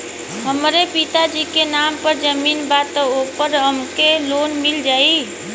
हमरे पिता जी के नाम पर जमीन बा त ओपर हमके लोन मिल जाई?